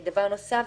דבר נוסף,